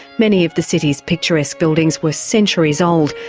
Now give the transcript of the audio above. many of the city's picturesque buildings were centuries old,